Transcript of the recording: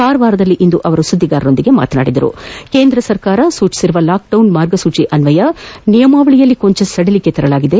ಕಾರವಾರದಲ್ಲಿಂದು ಸುದ್ದಿಗಾರರೊಂದಿಗೆ ಮತನಾಡಿದ ಅವರು ಕೇಂದ್ರ ಸರ್ಕಾರ ಸೂಚಿಸಿರುವ ಲಾಕ್ಡೌನ್ ಮಾರ್ಗಸೂಚಿ ಅಸ್ವಯ ನಿಯಮಾವಳಿಯಲ್ಲಿ ಕೊಂಚ ಸಡಿಲಿಕೆ ತರಲಾಗಿದೆ